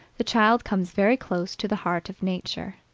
the child comes very close to the heart of nature.